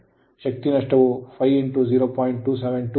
ಶಕ್ತಿ ನಷ್ಟವು 5 0